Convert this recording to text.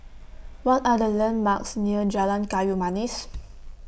What Are The landmarks near Jalan Kayu Manis